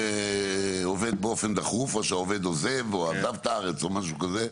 שצריכים עובד באופן דחוף או העובד עזב או עוזב את הארץ או משהו כזה,